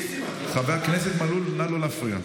ניסים חבר הכנסת מלול, נא לא להפריע.